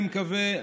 אני מקווה,